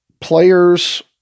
players